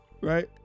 Right